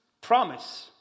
promise